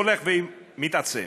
שהולך ומתעצם.